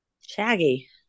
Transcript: Shaggy